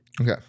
Okay